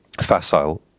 facile